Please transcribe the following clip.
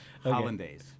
hollandaise